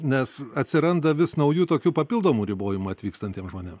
nes atsiranda vis naujų tokių papildomų ribojimų atvykstantiem žmonėm